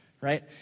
right